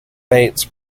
fates